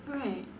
right